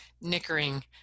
nickering